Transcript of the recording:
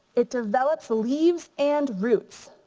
it develops leaves and roots.